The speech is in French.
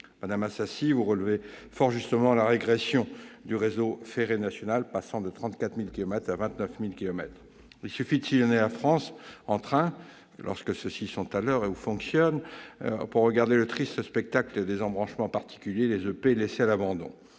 Madame Assassi, vous relevez fort justement la régression du réseau ferré national, qui est passé de 34 000 à 29 000 kilomètres. Il suffit de sillonner la France par le train, lorsque celui-ci est à l'heure ou fonctionne, pour contempler le triste spectacle des embranchements particuliers, les EP, laissés à l'abandon